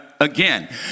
again